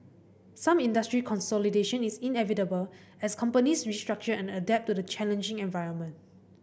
some industry consolidation is inevitable as companies restructure and adapt to the challenging environment